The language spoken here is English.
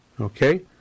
Okay